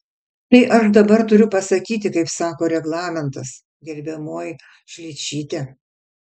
tai aš dabar turiu pasakyti kaip sako reglamentas gerbiamoji šličyte